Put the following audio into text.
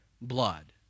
blood